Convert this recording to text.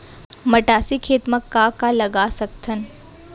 मटासी खेत म का का लगा सकथन?